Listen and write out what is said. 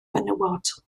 fenywod